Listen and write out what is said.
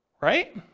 right